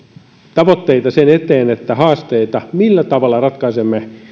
tavoitteita haasteita siinä millä tavalla ratkaisemme